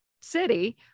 city